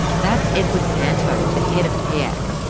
that's edward santow, the head of piac.